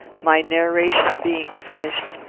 my narration being finished,